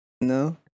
No